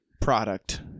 Product